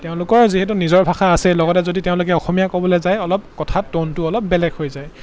তেওঁলোকৰ যিহেতু নিজৰ ভাষা আছে লগতে যদি তেওঁলোকে অসমীয়া ক'বলৈ যায় অলপ কথা ট'নটো অলপ বেলেগ হৈ যায়